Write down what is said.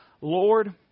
Lord